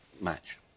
match